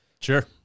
Sure